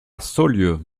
saulieu